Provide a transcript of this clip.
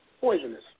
poisonous